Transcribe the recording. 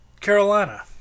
Carolina